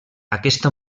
aquesta